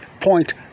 Point